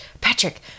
patrick